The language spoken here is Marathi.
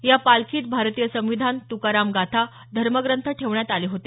या पालखीत भारतीय संविधान तुकाराम गाथा धर्मग्रंथ ठेवण्यात आले होते